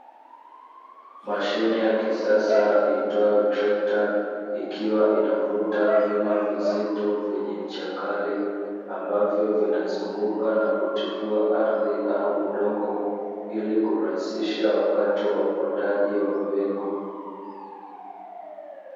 Mashine ya kisasa iitwayo trekta, ikiwa inavuta vyuma vizito vyenye ncha kali, ambavyo vinazunguka na kutifua ardhi au udongo, ili kurahisisha wakati wa upandaji wa mbegu.